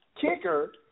kicker